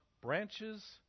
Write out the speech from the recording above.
branches